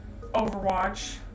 Overwatch